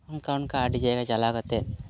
ᱚᱱᱠᱟ ᱚᱱᱠᱟ ᱟᱹᱰᱤ ᱡᱟᱭᱜᱟ ᱪᱟᱞᱟᱣ ᱠᱟᱛᱮᱫ